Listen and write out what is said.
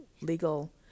legal